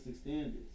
standards